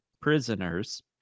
prisoners